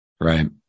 Right